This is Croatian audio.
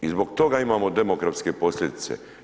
I zbog toga imamo demografske posljedice.